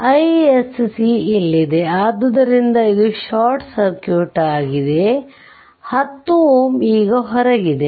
iSC ಇಲ್ಲಿದೆ ಆದ್ದರಿಂದ ಇದು ಶಾರ್ಟ್ ಸರ್ಕ್ಯೂಟ್ ಆಗಿದೆ10 Ω ಈಗ ಹೊರಗಿದೆ